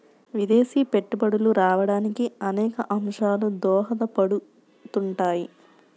విదేశీ పెట్టుబడులు రావడానికి అనేక అంశాలు దోహదపడుతుంటాయి